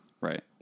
Right